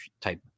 type